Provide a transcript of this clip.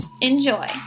enjoy